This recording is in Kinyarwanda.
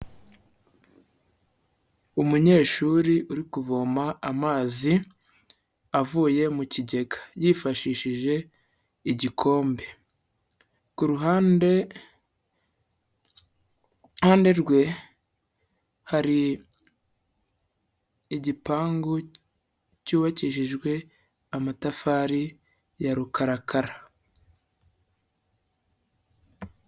Umunyeshuri uri kuvoma amazi, avuye mu kigega, yifashishije igikombe, ku ruhande rwe hari igipangu cyubakishijwe amatafari ya rukarakara.